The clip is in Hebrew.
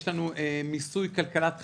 יש לנו מיסוי כלכלת חלטורות,